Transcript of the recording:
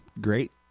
great